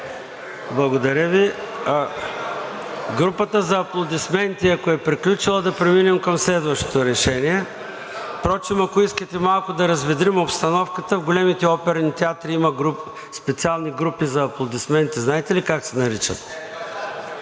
„Еее!“) Групата за аплодисменти, ако е приключила, да преминем към следващото решение. Впрочем, ако искате малко да разведрим обстановката – в големите оперни театри има специални групи за аплодисменти. Знаете ли как се наричат?